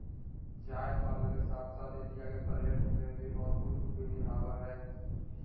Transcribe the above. चाय उत्पादन के साथ साथ इंडिया के पर्यटन में भी महत्वपूर्ण भूमि निभाबय हइ